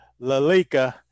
Lalika